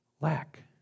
lack